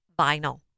vinyl